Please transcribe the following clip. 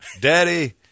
Daddy